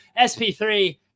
SP3